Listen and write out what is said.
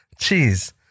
Jeez